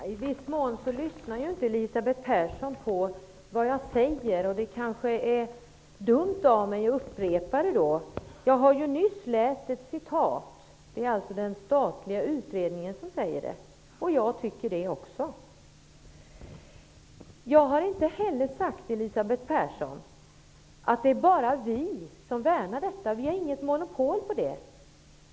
Herr talman! I viss mån lyssnar ju inte Elisabeth Persson på vad jag säger. Det är därför kanske dumt av mig att upprepa det. Jag har ju nyss läst upp ett citat ur en statlig utredning, vilket jag instämmer i. Jag har inte heller sagt att det bara är vi som värnar om detta. Vi har inget monopol.